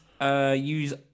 Use